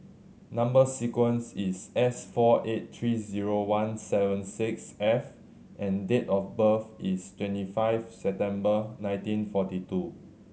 number sequence is S four eight three zero one seven six F and date of birth is twenty five September nineteen forty two